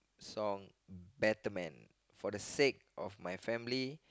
song Better Man for the sake of my family